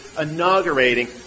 inaugurating